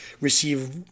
receive